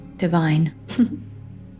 divine